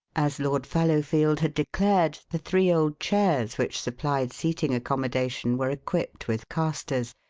as lord fallowfield had declared, the three old chairs which supplied seating accommodation were equipped with casters,